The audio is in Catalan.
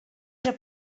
era